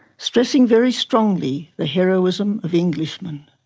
stressing very strongly the heroism of englishmen.